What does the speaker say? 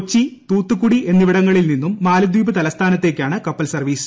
കൊച്ചി തൂത്തുക്കുടി എന്നിവിടങ്ങളിൽ നിന്നും മാലിദ്വീപ് തലസ്ഥാനത്തേക്കാണ് കപ്പൽ സർവീസ്